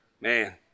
Man